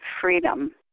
freedom